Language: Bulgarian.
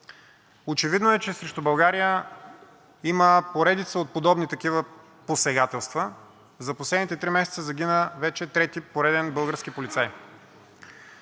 Очевидно е, че срещу България има поредица от подобни такива посегателства. За последните три месеца загина вече трети пореден български полицай.